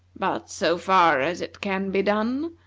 but, so far as it can be done,